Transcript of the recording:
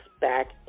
back